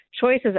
choices